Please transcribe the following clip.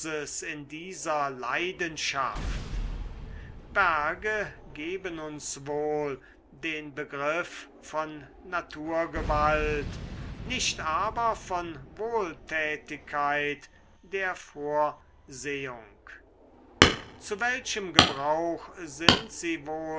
in dieser leidenschaft berge geben uns wohl den begriff von naturgewalt nicht aber von wohltätigkeit der vorsehung zu welchem gebrauch sind sie wohl